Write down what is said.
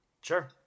Sure